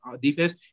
defense